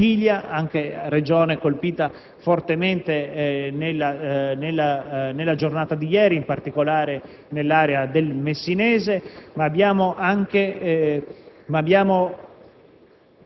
in Sicilia, regione colpita fortemente nella giornata di ieri, in particolare nell'area del Messinese. Abbiamo però